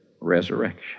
resurrection